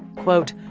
quote,